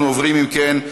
אם כן,